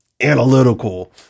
analytical